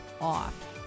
off